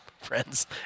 friends